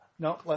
No